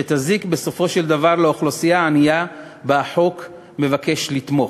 שיזיק בסופו של דבר לאוכלוסייה הענייה שבה החוק מבקש לתמוך.